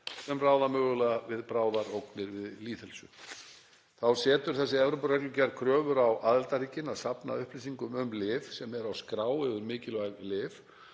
sem ráða mögulega við bráðar ógnir við lýðheilsu. Þá setur þessi Evrópureglugerð kröfur á aðildarríkin að safna upplýsingum um lyf sem eru á skrá yfir mikilvæg lyf